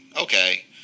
okay